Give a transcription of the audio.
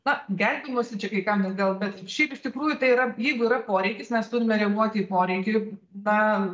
na gelbėjimosi čia kai kam bet gal bet šiaip iš tikrųjų tai yra jeigu yra poreikis mes turime reaguoti į poreikį na